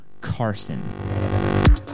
Carson